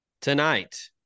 tonight